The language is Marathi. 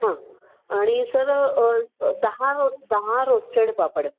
हां आणि सर दहा रो दहा रोस्टेड पापड